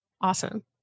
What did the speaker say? Awesome